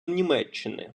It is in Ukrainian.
німеччини